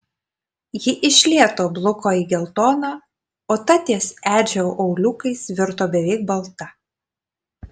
ji iš lėto bluko į geltoną o ta ties edžio auliukais virto beveik balta